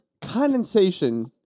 condensation